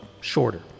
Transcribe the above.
shorter